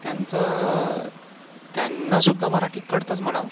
त्यांचं त्यांनासुद्धा मराठी कळतंच म्हणा